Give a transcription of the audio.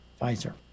Pfizer